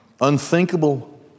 unthinkable